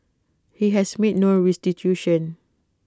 he has made no restitution